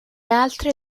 altre